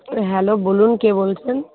hello বলুন কে বলছেন